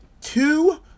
two